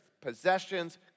possessions